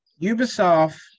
ubisoft